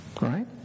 right